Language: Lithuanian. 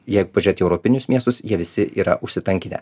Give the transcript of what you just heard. jei pažiūrėti į europinius miestus jie visi yra užsitankinę